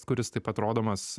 kuris taip pat rodomas